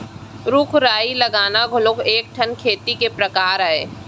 रूख राई लगाना घलौ ह एक ठन खेती के परकार अय